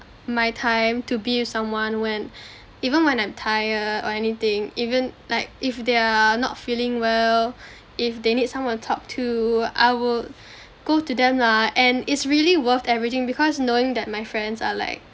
my time to be with someone when even when I'm tired or anything even like if they are not feeling well if they need someone to talk to I will go to them lah and it's really worth everything because knowing that my friends are like